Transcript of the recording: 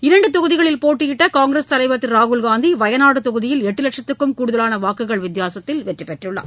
இரண்டு தொகுதிகளில் போட்டியிட்ட காங்கிரஸ் தலைவர் திரு ராகுல்காந்தி வயநாடு தொகுதியில் எட்டு லட்சத்துக்கும் கூடுதலாக வாக்குகள் வித்தியாசத்தில் வெற்றிபெற்றுள்ளார்